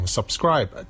Subscribe 、